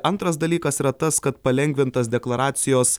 antras dalykas yra tas kad palengvintas deklaracijos